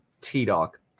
T-Doc